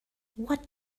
what